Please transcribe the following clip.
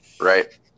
Right